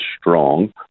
strong